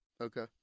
Okay